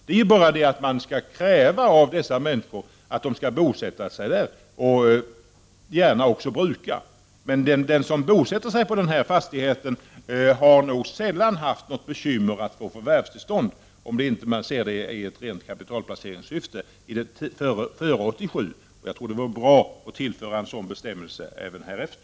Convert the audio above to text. Det är bara det att man skall kräva av dem som köper att de skall bosätta sig där och gärna också bruka fastigheten. Den som bosätter sig på fastigheten har nog sällan haft något bekymmer att få förvärvstillstånd, om man inte - före 1987 - sett att köpet tillkommit i rent kapitalplaceringssyfte. Jag tror att det vore bra att tillföra en sådan bestämmelse även härefter.